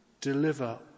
deliver